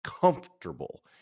comfortable